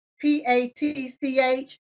P-A-T-C-H